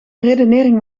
redenering